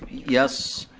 yes.